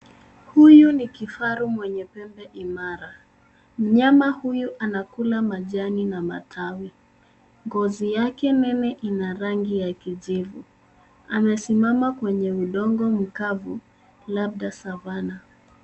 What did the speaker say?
Huyu ni kifaru mwenye pembe imara. Mnyama huyu anakula majani na matawi. Ngozi yake nene ina rangi ya kijivu. Amesimama kwenye udongo mkavu, labda Savannah.